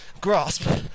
grasp